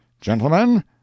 Gentlemen